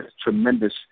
tremendous